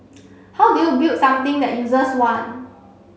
how do you build something that users want